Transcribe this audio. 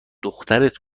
دخترت